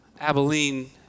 Abilene